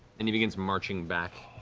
and he begins marching back.